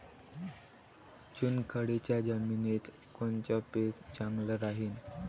चुनखडीच्या जमिनीत कोनचं पीक चांगलं राहीन?